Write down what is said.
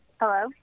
Hello